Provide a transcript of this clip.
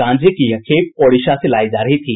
गांजे की यह खेप ओडिशा से लायी जा रही थी